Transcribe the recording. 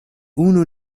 unu